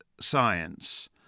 science